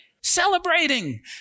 Celebrating